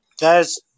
Guys